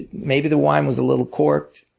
maybe the wine was a little corked,